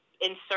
insert